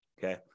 Okay